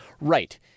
right